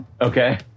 Okay